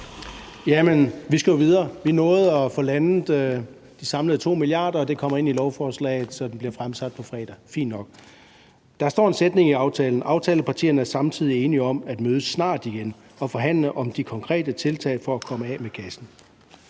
(EL): Vi skal jo videre, og vi nåede at få landet samlet 2 mia. kr., og det kommer ind i lovforslaget, så det bliver fremsat på fredag, og det er fint nok. Der står en sætning i aftalen: Aftalepartierne er samtidig enige om at mødes snart igen og forhandle om de konkrete tiltag for at komme af med gassen.